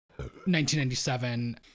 1997